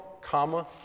comma